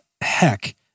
heck